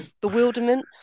bewilderment